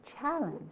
challenge